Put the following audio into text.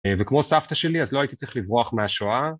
וכמו סבתא שלי אז לא הייתי צריך לברוח מהשואה.